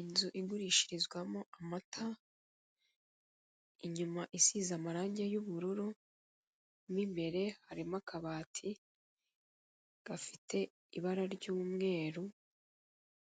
Inzu igurishirizwamo amata imyuma isize irange ry'ubururu mo imbere harimo akabati gafite ibara ry'umweru